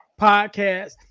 podcast